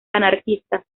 anarquistas